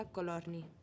Colorni